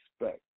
respect